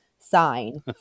sign